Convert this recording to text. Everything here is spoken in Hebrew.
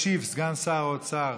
ישיב סגן שר האוצר